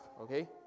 okay